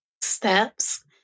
steps